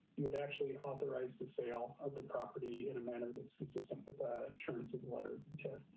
you would actually authorize the sale of the property in a manner that's consistent with the terms of letter.